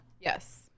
Yes